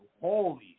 Holy